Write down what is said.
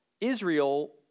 Israel